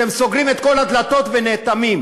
אתם סוגרים את כל הדלתות ונאטמים.